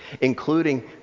including